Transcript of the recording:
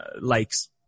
likes